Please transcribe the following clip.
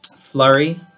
flurry